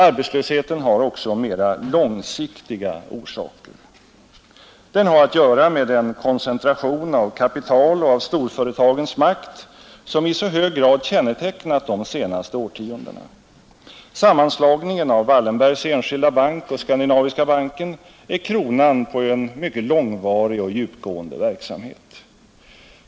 Arbetslösheten har också mera långsiktiga orsaker. Den har att göra med den koncentration av kapital och av storföretagens makt som i så hög grad kännetecknat de senaste årtiondena. Sammanslagningen av Wallenbergs Enskilda bank och Skandinaviska banken är kronan på en mycket långvarig och djupgående verksamhet.